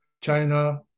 China